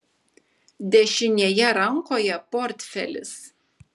dešinėje rankoje portfelis